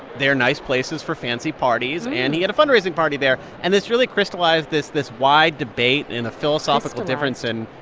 they're nice places for fancy parties. and he had a fundraising party there. and this really crystallized this this wide debate and a philosophical difference in.